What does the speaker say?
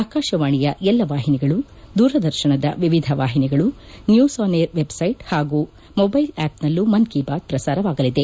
ಆಕಾಶವಾಣಿಯ ಎಲ್ಲ ವಾಹಿನಿಗಳು ದೂರದರ್ಶನದ ವಿವಿಧ ವಾಹಿನಿಗಳು ನ್ಯೂಸ್ ಆನ್ ಐಎಆರ್ ವೆಬ್ಸೈಟ್ ಹಾಗೂ ಮೊಬೈಲ್ ಆಪ್ ನಲ್ಲೂ ಮನ್ ಕಿ ಬಾತ್ ಪ್ರಸಾರವಾಗಲಿದೆ